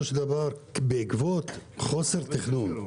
בעקבות חוסר תכנון?